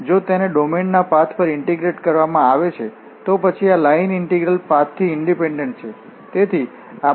જો તેને ડોમેનના પાથ પર ઇન્ટીગ્રેટ કરવામાં આવે છે તો પછી આ લાઇન ઇંટીગ્રેલ્સ પાથ થી ઇન્ડીપેંડન્ટ સ્વતંત્ર છે